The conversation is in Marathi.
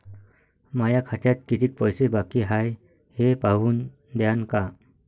माया खात्यात कितीक पैसे बाकी हाय हे पाहून द्यान का?